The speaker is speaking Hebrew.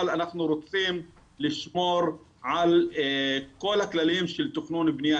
אבל אנחנו רוצים לשמור על כל הכללים של תכנון ובנייה.